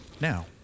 now